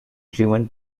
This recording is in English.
driven